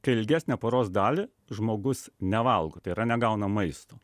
kai ilgesnę paros dalį žmogus nevalgo tai yra negauna maisto